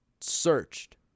Searched